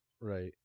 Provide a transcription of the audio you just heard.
Right